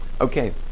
Okay